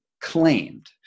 claimed